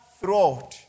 throughout